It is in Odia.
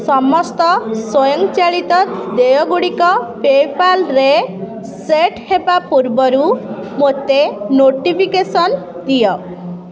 ସମସ୍ତ ସ୍ୱଂୟଚାଳିତ ଦେୟ ଗୁଡ଼ିକ ପେପାଲ୍ରେ ସେଟ୍ ହେବା ପୂର୍ବରୁ ମୋତେ ନୋଟିଫିକେସନ୍ ଦିଅ